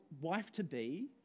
wife-to-be